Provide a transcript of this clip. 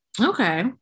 okay